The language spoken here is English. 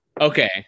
Okay